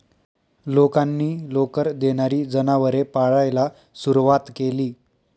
लोकांनी लोकर देणारी जनावरे पाळायला सुरवात केली